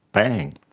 bang.